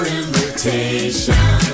invitation